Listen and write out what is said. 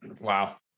Wow